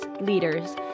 leaders